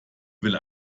will